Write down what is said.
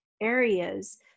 areas